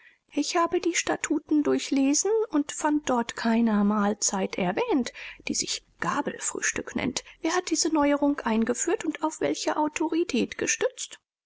ich habe die statuten durchlesen und fand dort keiner mahlzeit erwähnt die sich gabelfrühstück nennt wer hat diese neuerung eingeführt und auf welche autorität gestützt